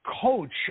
coach